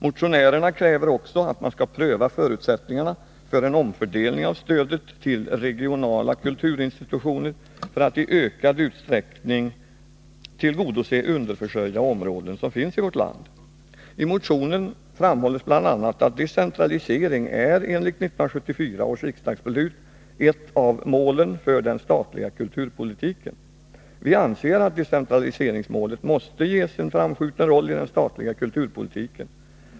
Motionärerna kräver också att man skall pröva förutsättningarna för en omfördelning av stödet till regionala kulturinstitutioner för att i ökad utsträckning tillgodose underförsörjda områden som finns i vårt land. ”Decentralisering är enligt 1974 års riksdagsbeslut ett av målen för den statliga kulturpolitiken. Vi anser att decentraliseringsmålet måste ges en framskjuten roll i den statliga kulturpolitiken.